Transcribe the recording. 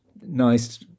nice